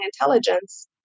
intelligence